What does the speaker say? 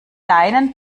deinen